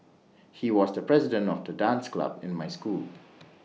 he was the president of the dance club in my school